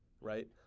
right